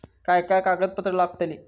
काय काय कागदपत्रा लागतील?